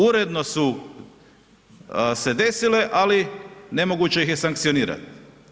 Uredno su se desile, ali nemoguće ih je sankcionirati.